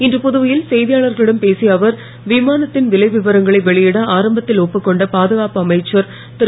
இன்று புதுவையில் செய்தியாளர்களிடம் பேசிய அவர் விமானத்தின் விலை விவரங்களை வெளியிட ஆரம்பத்தில் ஒப்புக் கொண்ட பாதுகாப்பு அமைச்சர் திரு